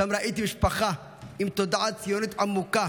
ושם ראיתי משפחה עם תודעה ציונית עמוקה